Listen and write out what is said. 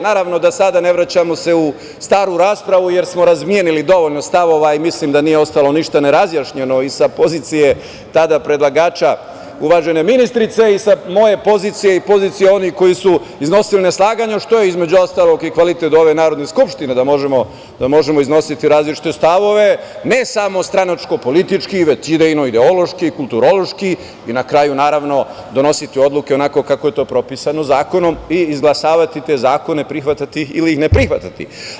Naravno, da sada ne vraćamo se u staru raspravu, jer smo razmenili dovoljno stavova i mislim da nije ostalo ništa nerazjašnjeno i sa pozicije tada predlagača uvažene ministrice, i sa moje pozicije i pozicije onih kojih su iznosili neslaganju što je između ostalog i kvalitet ove Narodne skupštine da možemo iznositi različite stavove, ne samo stranačko politički, već idejno ideološki, kulturološki i na kraju naravno donositi odluke onako kako je to propisano zakonom i izglasavati te zakone, prihvatati ili ih ne prihvatati.